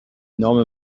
نام